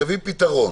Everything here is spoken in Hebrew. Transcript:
תביאי פתרון.